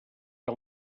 que